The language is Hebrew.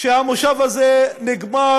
שהכנס הזה נגמר,